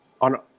on